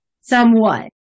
Somewhat